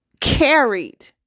carried